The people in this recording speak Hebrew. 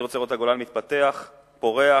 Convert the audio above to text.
אני רוצה לראות את הגולן מתפתח, פורח,